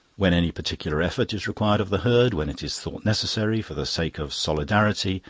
when any particular effort is required of the herd, when it is thought necessary, for the sake of solidarity,